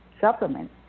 supplement